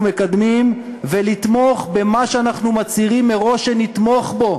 מקדמים ולתמוך במה שאנחנו מצהירים מראש שנתמוך בו,